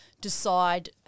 decide